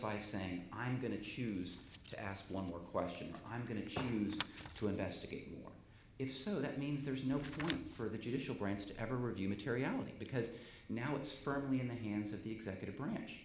by saying i'm going to choose to ask one more question i'm going to chung's to investigate more if so that means there's no problem for the judicial branch to ever review materiality because now it's firmly in the hands of the executive branch